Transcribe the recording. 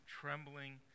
trembling